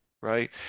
right